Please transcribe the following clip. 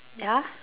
ya